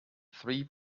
three